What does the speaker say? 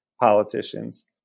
politicians